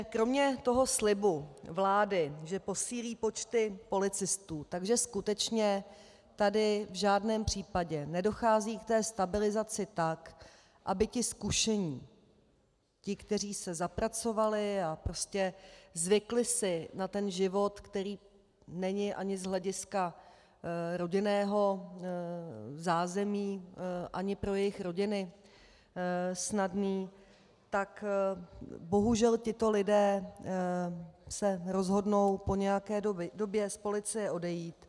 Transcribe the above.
Kromě slibu vlády, že posílí počty policistů, tak že skutečně tady v žádném případě nedochází ke stabilizaci, tak aby ti zkušení, ti, kteří se zapracovali a prostě zvykli si na život, který není ani z hlediska rodinného zázemí, ani pro jejich rodiny snadný, tak bohužel tito lidé se rozhodnou po nějaké době z policie odejít.